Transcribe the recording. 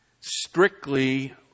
strictly